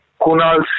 Kunal